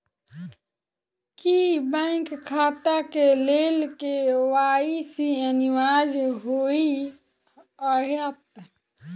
की bank खाता केँ लेल के.वाई.सी अनिवार्य होइ हएत?